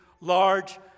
large